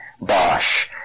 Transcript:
Bosch